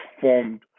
formed